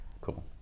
Cool